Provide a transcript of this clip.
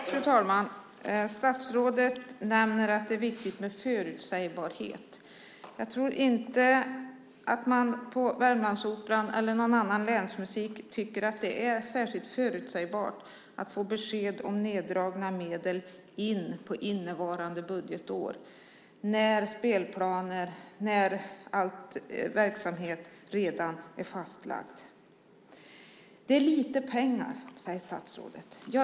Fru talman! Statsrådet nämner att det är viktigt med förutsägbarhet. Jag tror inte att man på Värmlandsoperan eller någon annan länsmusik tycker att det är särskilt förutsägbart när man får besked om neddragna medel under innevarande budgetår när spelplaner och all verksamhet redan är fastlagd. Det är lite pengar, säger statsrådet.